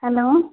hello